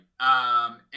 right